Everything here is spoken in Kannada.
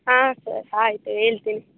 ಆಂ ಸರ್ ಆಯಿತು ಹೇಳ್ತೀನಿ